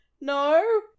No